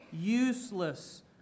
useless